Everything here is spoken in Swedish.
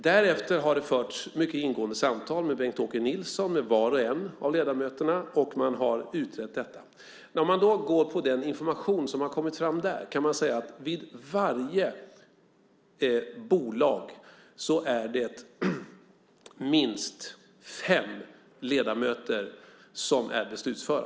Därefter har det förts mycket ingående samtal med Bengt-Åke Nilsson och med var och en av ledamöterna - och detta har utretts. Den information som har kommit fram där visar att för varje bolag finns minst fem ledamöter som är beslutföra.